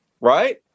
right